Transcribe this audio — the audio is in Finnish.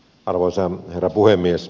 arvoisa herra puhemies